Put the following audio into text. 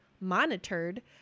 monitored